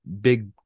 big